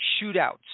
shootouts